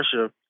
Russia